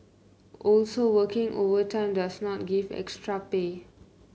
also working overtime does not give extra pay